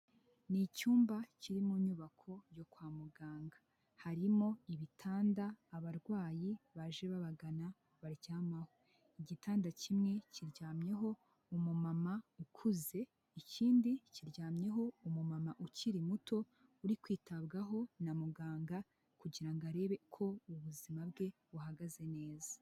Ni icyumba kiri mu nyubako yo kwa muganga harimo ibitanda abarwayi baje babagana baryama igitanda kimwe kiryamyeho umumama ukuze ikindi kiryamyeho umumama ukiri muto uri kwitabwaho na muganga kugira arebe uko ubuzima bwe buhagaze neza.